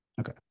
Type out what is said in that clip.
Okay